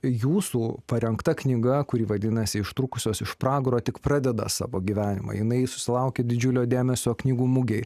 jūsų parengta knyga kuri vadinasi ištrūkusios iš pragaro tik pradeda savo gyvenimą jinai susilaukė didžiulio dėmesio knygų mugėj